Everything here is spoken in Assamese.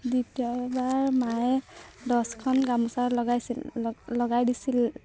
দ্বিতীয়বাৰ মায়ে দহখন গামোচা লগাইছিল লগ লগাই দিছিল